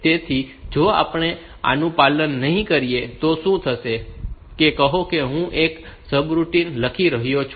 તેથી જો આપણે આનું પાલન નહીં કરીએ તો શું થશે કે કહો કે હું અહીં એક સબરૂટિન લખી રહ્યો છું